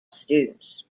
students